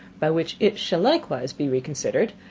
by which it shall likewise be reconsidered,